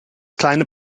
kleine